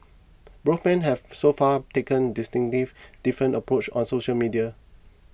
both men have so far taken distinctively different approaches on social media